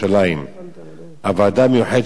הוועדה המיוחדת של הרבנות לאתרים קדושים